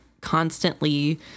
constantly